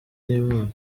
n’imana